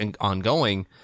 ongoing